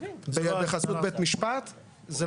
זהבית המשפט.